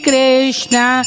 Krishna